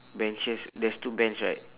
benches there's two bench right